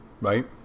right